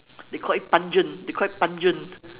they call it pungent they call it pungent